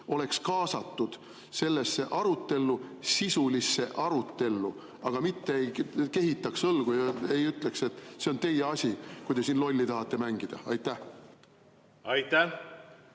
oleks kaasatud sellesse arutellu, sisulisse arutellu, mitte ei kehitaks õlgu ega ütleks, et see on teie asi, kui te siin lolli tahate mängida. Mul